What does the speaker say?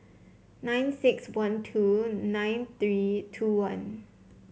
nine six one two nine three two one